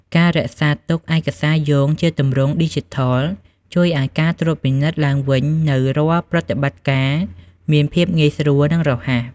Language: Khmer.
ការរក្សាទុកឯកសារយោងជាទម្រង់ឌីជីថល ជួយឱ្យការត្រួតពិនិត្យឡើងវិញនូវរាល់ប្រតិបត្តិការមានភាពងាយស្រួល និងរហ័ស។